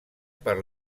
per